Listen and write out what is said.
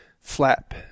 flap